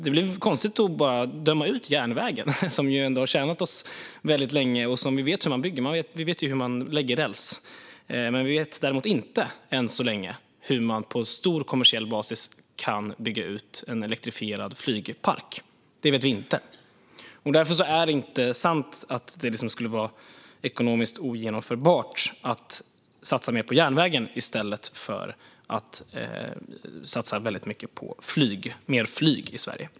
Det blir konstigt om man då bara dömer ut järnvägen, som ändå har tjänat oss länge och som vi vet hur man bygger. Vi vet ju hur man lägger räls. Vi vet däremot än så länge inte hur man på bred kommersiell basis kan bygga ut en elektrifierad flygpark. Det vet vi inte. Därför är det inte sant att det skulle vara ekonomiskt ogenomförbart att satsa mer på järnvägen i stället för att satsa väldigt mycket på mer flyg i Sverige.